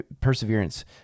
perseverance